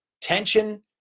tension